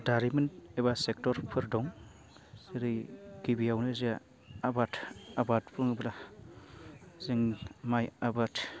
दारिमिन एबा सेक्ट'रफोर दं ओरै गिबियावनो जोंहा आबाद बुङोब्ला जों माइ आबाद